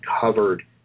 covered